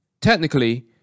Technically